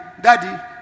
daddy